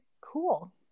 cool